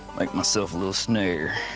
like myself a little snare.